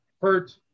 hurt